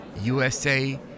USA